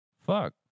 Fuck